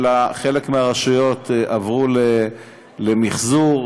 אלא חלק מהרשויות עברו למחזור,